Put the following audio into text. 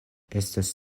estas